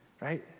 right